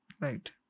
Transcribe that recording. Right